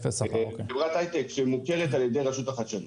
חברת היי-טק שמוכרת על-ידי רשות החדשנות.